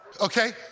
Okay